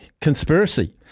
Conspiracy